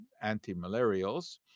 anti-malarials